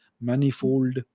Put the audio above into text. manifold